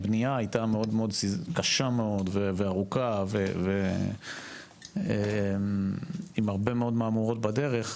הבנייה הייתה מאד מאד קשה וארוכה ועם הרבה מאוד מהמורות בדרך,